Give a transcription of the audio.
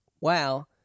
Wow